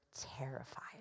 terrified